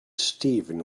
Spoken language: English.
steven